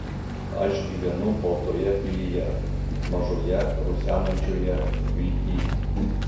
aš gyvenu baltoje pilyje mažoje rusenančioje viltyj